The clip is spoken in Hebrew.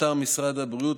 באתר משרד הבריאות,